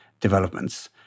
developments